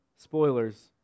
spoilers